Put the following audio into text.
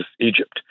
Egypt